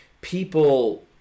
people